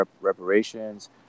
reparations